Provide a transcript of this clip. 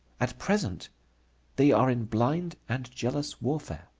at present they are in blind and jealous warfare.